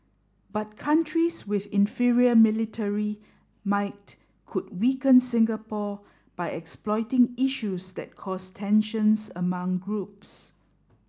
but countries with inferior military might could weaken Singapore by exploiting issues that cause tensions among groups